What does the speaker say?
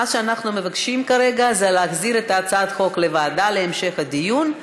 מה שאנחנו מבקשים כרגע הוא להחזיר את הצעת החוק לוועדה להמשך הדיון,